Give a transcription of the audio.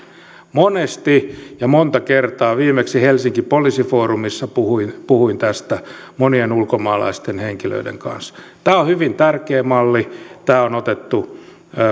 monesti ja monta kertaa viimeksi helsinki policy forumissa puhuin puhuin tästä monien ulkomaalaisten henkilöiden kanssa tämä on hyvin tärkeä malli tämä on otettu